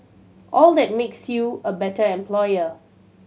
all that makes you a better employer